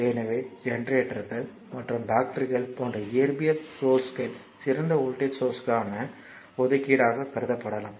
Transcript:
எனவே ஜெனரேட்டர்கள் மற்றும் பேட்டரிகள் போன்ற இயற்பியல் சோர்சஸ் சிறந்த வோல்ட்டேஜ் சோர்சஸ்க்கான ஒதுக்கீடாக கருதப்படலாம்